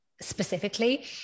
specifically